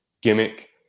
gimmick